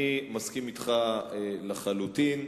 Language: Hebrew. אני מסכים אתך לחלוטין.